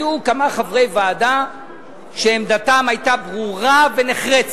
היו כמה חברי ועדה שעמדתם היתה ברורה ונחרצת,